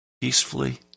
peacefully